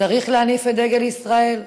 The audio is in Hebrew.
צריך להניף את דגל ישראל.